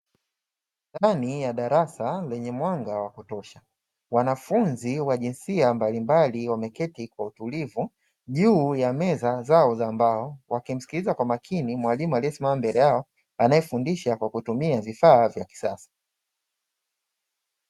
Ndani ya darasa lenye mwanga wa kutosha, wanafunzi wa jinsia mbalimbali wameketi kotulivu juu ya meza zao za mbao wakimsikiliza kwa makini mwalimu aliyesema mbele yao, anayefundisha kwa kutumia vifaa vya kisasa.